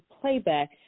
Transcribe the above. playback